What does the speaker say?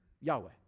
Yahweh